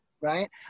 right